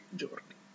giorni